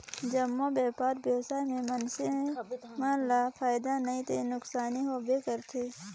जम्मो बयपार बेवसाय में मइनसे मन ल फायदा नइ ते नुकसानी होबे करथे